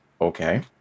okay